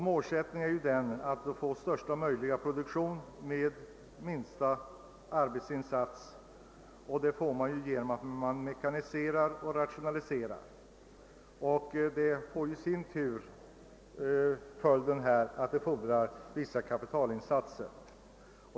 Målsättningen är att få största möjliga produktion med minsta möjliga arbetsinsats. Detta åstadkommer man genom att mekanisera och rationalisera, vilket i sin tur får till följd att det fordras vissa kapitalinsatser.